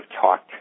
talked